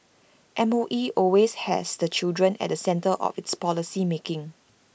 M O E always has the child at the centre of its policy making